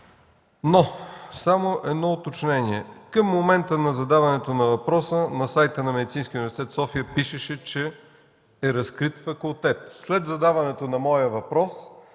Само едно уточнение – към момента на задаването на въпроса на сайта на Медицинския университет – София, пишеше, че е разкрит факултет. След задаването на моя въпрос